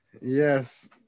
yes